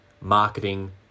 Marketing